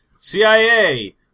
CIA